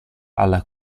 alla